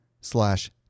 slash